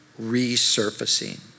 resurfacing